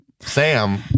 Sam